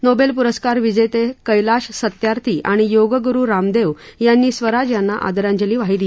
Nobel पुरस्कार विजेते कैलाश सत्यार्थी आणि योगगुरु रामदेव यांनी स्वराज यांना आदरांजली वाहिली